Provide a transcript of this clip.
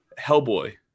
Hellboy